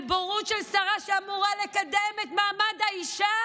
בורות של שרה שאמורה לקדם את מעמד האישה